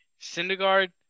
Syndergaard